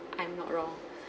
I'm not wrong